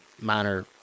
minor